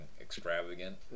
extravagant